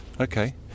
Okay